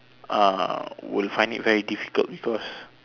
uh would find it very difficult because